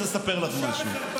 רוצה לספר לך משהו,